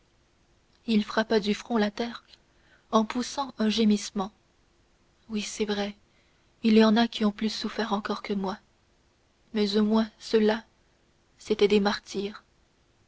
il frappa du front la terre en poussant un gémissement oui c'est vrai il y en a qui ont plus souffert encore que moi mais au moins ceux-là c'étaient des martyrs